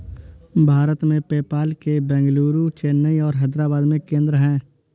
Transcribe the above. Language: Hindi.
भारत में, पेपाल के बेंगलुरु, चेन्नई और हैदराबाद में केंद्र हैं